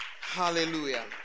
Hallelujah